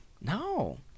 No